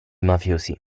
mafiosi